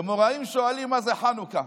האמוראים שואלים: מה זה חנוכה?